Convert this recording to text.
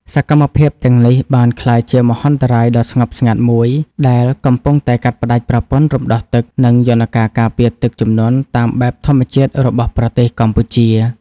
សកម្មភាពទាំងនេះបានក្លាយជាមហន្តរាយដ៏ស្ងប់ស្ងាត់មួយ ដែលកំពុងតែកាត់ផ្ដាច់ប្រព័ន្ធរំដោះទឹក និងយន្តការការពារទឹកជំនន់តាមបែបធម្មជាតិរបស់ប្រទេសកម្ពុជា។